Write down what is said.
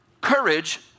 courage